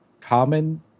common